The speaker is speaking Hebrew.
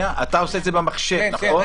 נכון?